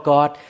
God